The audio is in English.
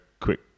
quick